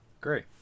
Great